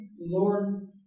Lord